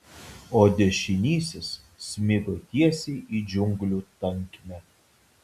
o dešinysis smigo tiesiai į džiunglių tankmę